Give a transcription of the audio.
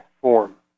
form